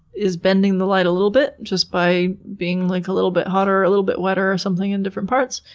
is bending the light a little bit, just by being like a little bit hotter, a little bit wetter or something in different parts.